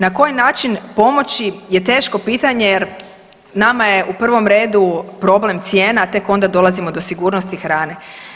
Na koji način pomoći je teško pitanje jer nama je u provom redu problem cijena, a tek onda dolazimo do sigurnosti hrane.